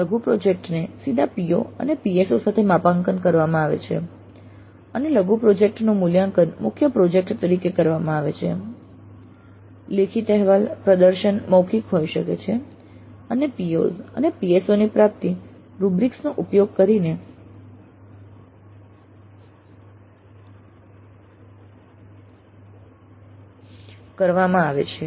લઘુ પ્રોજેક્ટ્સ ને સીધા PO અને PSO સાથે માપાંકન કરવામાં આવે છે અને લઘુ પ્રોજેક્ટનું મૂલ્યાંકન મુખ્ય પ્રોજેક્ટ તરીકે કરવામાં આવે છે લેખિત અહેવાલ પ્રદર્શન મૌખિક હોઈ શકે છે અને POs અને PSO ની પ્રાપ્તિ રૂબ્રિક્સ નો ઉપયોગ કરીને કરવામાં આવે છે